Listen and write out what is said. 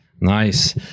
nice